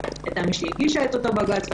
הייתה מי שהגישה את אותה עתירה לבג"ץ,